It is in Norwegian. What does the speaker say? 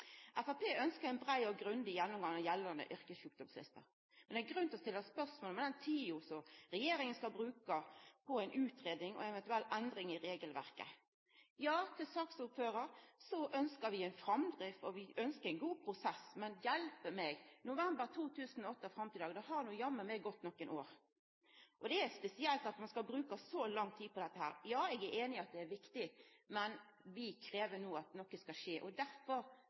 ein brei og grundig gjennomgang av gjeldande yrkessjukdomslister. Men det er grunn til å stilla spørsmål ved den tida som regjeringa skal bruka på ei utgreiing og ei eventuell endring av regelverket. Til saksordføraren: Ja, vi ønskjer ei framdrift, og vi ønskjer ein god prosess. Men – hjelpe meg – frå november 2008 og fram til i dag har det jammen gått nokre år. Det er spesielt at ein skal bruka så lang tid på dette. Ja, eg er einig i at det er viktig. Men vi krev no at noko skal skje. Derfor